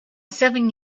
seven